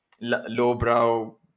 lowbrow